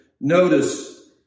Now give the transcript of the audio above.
notice